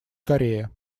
корея